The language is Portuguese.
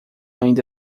ainda